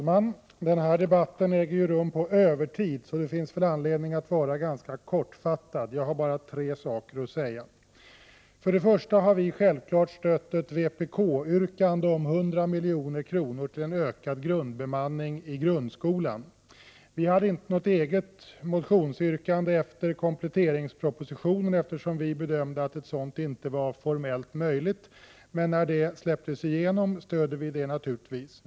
Herr talman! Denna debatt äger rum på övertid, så det finns väl anledning att vara ganska kortfattad. Jag har bara tre punkter att ta upp. För det första har vi självfallet stött ett yrkande från vpk om 100 milj.kr. till en ökad grundbemanning i grundskolan. Vi har inget eget motionsyrkande med anledning av kompletteringspropositionen, eftersom vi bedömde att ett sådant inte var formellt möjligt. När motionen nu släpptes igenom stöder vi naturligtvis den.